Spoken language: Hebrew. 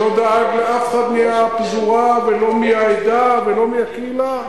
שלא דאג לאף אחד מהפזורה ולא מהעדה ולא מהקהילה.